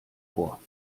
vor